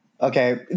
Okay